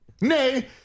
nay